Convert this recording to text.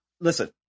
Listen